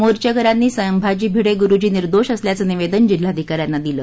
मोर्चेकऱ्यांनी संभाजी भिडे गुरूजी निर्दोष असल्याचं निवेदन जिल्हाधिकाऱ्यांना दिलं